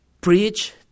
preach